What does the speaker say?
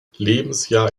lebensjahr